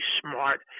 smart